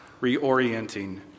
reorienting